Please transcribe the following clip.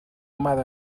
matter